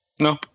No